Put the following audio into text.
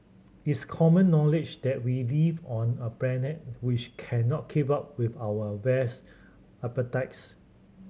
it's common knowledge that we live on a planet which cannot keep up with our vast appetites